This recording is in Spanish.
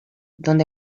donde